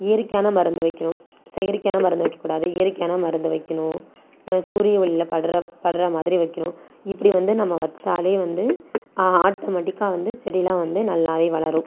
இயற்கையான மருந்து வைக்கணும் செயற்கையான மருந்து வைக்கக்கூடாது இயற்கையான மருந்து வைக்கணும் சூரிய ஒளியில படுற படுற மாதிரி வைக்கணும் இப்படி வந்து நம்ம வச்சாலே வந்து ஆட்டோமேடிக்காக வந்து செடியெலாம் வந்து நல்லாவே வளரும்